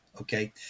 Okay